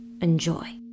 enjoy